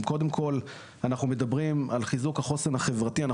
קודם כל אנחנו מדברים על חיזוק החוסן החברתי.